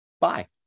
Bye